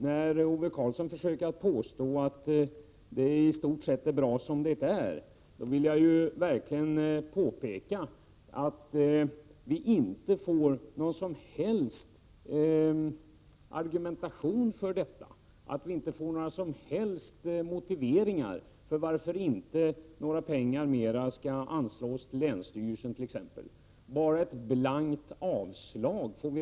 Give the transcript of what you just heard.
När Ove Karlsson påstår att det i stort sett är bra som det är, vill jag verkligen beklaga att vi inte får några argument för eller motiveringar till varför man t.ex. inte anslår några pengar till länsstyrelserna, bara ett blankt avslag.